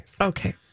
Okay